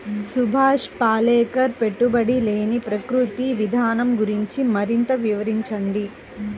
సుభాష్ పాలేకర్ పెట్టుబడి లేని ప్రకృతి విధానం గురించి మరింత వివరించండి